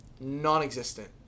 non-existent